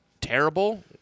terrible